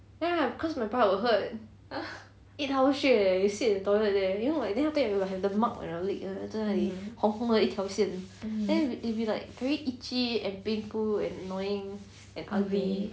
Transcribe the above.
ya cause my butt will hurt eight hours straight leh you sit at the toilet there you know like then after that have the mark on your leg there 在那里红红的一条线 then it'll be like very itchy and painful and annoying and ugly